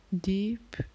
deep